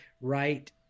right